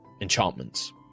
enchantments